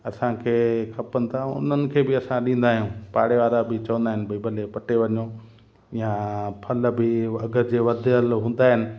असांखे खपनि था उन्हनि खे बि असां ॾींदा आहियूं पाड़े वारा बि चवंदा आहिनि भले पटे वञो या फल बि अॻे जे वधियलु हूंदा आहिनि